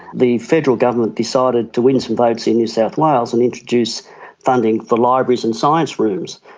the federal government decided to win some votes in new south wales and introduce funding for libraries and science rooms.